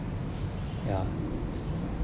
ya